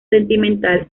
sentimental